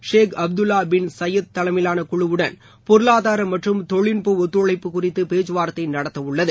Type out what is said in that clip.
ஷேக் Abdullah bin Zayed தலைமையிலான குழுவுடன் பொருளாதார மற்றும் தொழில்நுட்ப ஒத்துழைப்பு குறித்து பேச்சுவார்த்தை நடத்த உள்ளது